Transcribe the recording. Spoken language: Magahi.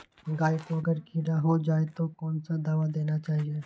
गाय को अगर कीड़ा हो जाय तो कौन सा दवा देना चाहिए?